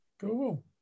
Cool